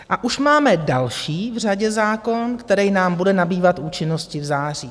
A už máme další v řadě zákon, který nám bude nabývat účinnosti v září.